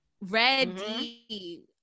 ready